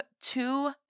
two